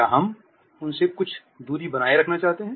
क्या हम उनसे कुछ दूरी बनाए रखना चाहते हैं